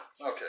Okay